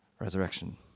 resurrection